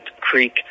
Creek